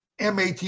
MAT